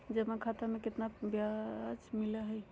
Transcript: जमा खाता में केतना ब्याज मिलई हई?